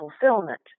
fulfillment